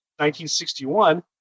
1961